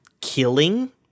killing